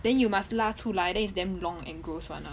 then you must 拉出来 then is damn long and gross [one] lah